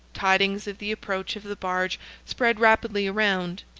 tidings of the approach of the barge spread rapidly around,